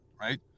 right